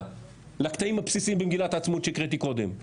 לקטעים הבסיסיים במגילת העצמאות שהקראתי קודם,